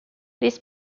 this